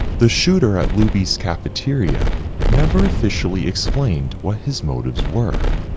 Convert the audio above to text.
the shooter at luby's cafeteria never officially explained what his motives were.